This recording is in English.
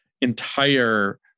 entire